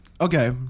Okay